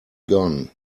gone